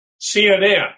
CNN